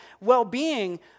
well-being